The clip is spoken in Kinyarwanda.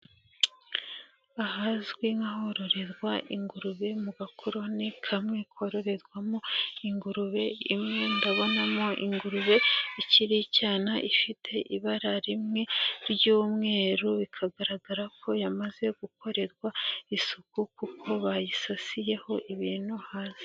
Ahazwi nk'ahororerwa ingurube mu gakoroni kamwe kororerwamo ingurube imwe, ndabonamo ingurube ikiri icyana ifite ibara rimwe ry'umweru, bikagaragara ko yamaze gukorerwa isuku kuko bayisasiyeho ibintu hasi.